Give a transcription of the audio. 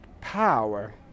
power